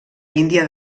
índia